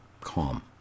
calm